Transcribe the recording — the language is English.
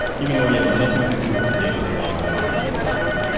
even though he had nothing to do with the day-to-day operation of the district.